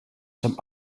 some